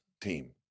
team